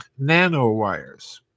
nanowires